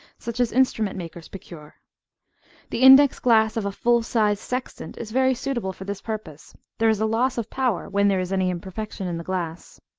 such as instrument-makers procure the index glass of a full-sized sextant is very suitable for this purpose there is a loss of power when there is any imperfection in the glass.